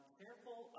careful